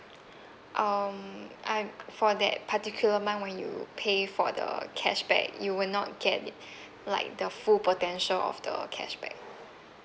um I'm for that particular month when you pay for the cashback you will not get it like the full potential of the cashback